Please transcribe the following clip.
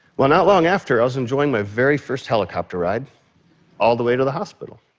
well, not long after i was enjoying my very first helicopter ride all the way to the hospital.